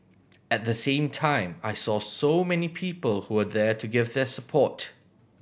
at the same time I saw so many people who were there to give their support